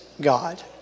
God